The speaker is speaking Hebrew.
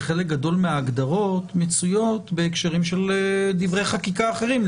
חלק גדול מההגדרות מצוי בדברי חקיקה אחרים.